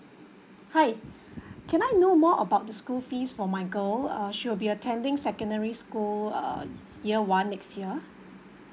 hi can I know more about the school fees for my girl uh she will be attending secondary school uh year one next year